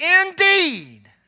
indeed